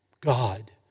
God